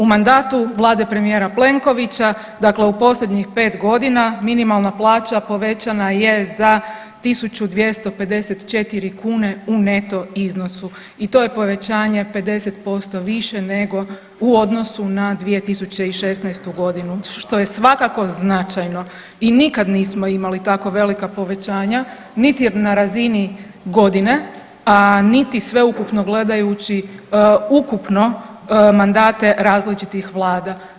U mandatu vlade premijera Plenkovića, dakle u posljednjih 5 godina minimalna plaća povećana je za 1.254 kune u neto iznosu i to je povećanje 50% više nego u odnosu na 2016. godinu što je svakako značajno i nikad nismo imali tako velika povećanja niti na razini godine, a niti sveukupno gledajući ukupno mandate različitih vlada.